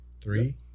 three